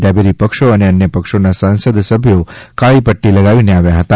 ડાબેરી પક્ષો અને અન્ય પક્ષોના સંસદ સભ્યો કાળી પટ્ટી લગાવીને આવ્યા હતા